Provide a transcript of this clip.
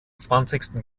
zwanzigsten